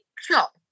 shop